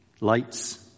Lights